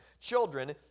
children